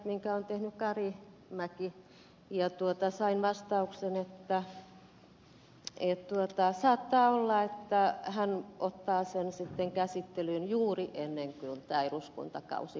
karimäki on tehnyt ja sain vastauksen että saattaa olla että hän ottaa sen käsittelyyn juuri ennen kuin tämä eduskuntakausi päättyy